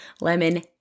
lemon